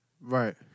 Right